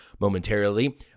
momentarily